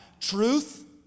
Truth